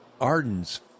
arden's